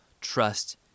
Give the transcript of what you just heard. trust